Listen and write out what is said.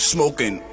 Smoking